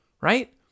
right